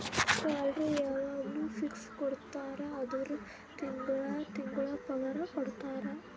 salary ಯವಾಗ್ನೂ fix ಕೊಡ್ತಾರ ಅಂದುರ್ ತಿಂಗಳಾ ತಿಂಗಳಾ ಪಗಾರ ಕೊಡ್ತಾರ